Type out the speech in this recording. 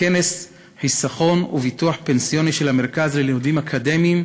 בכנס חיסכון וביטוח פנסיוני של המרכז ללימודים אקדמיים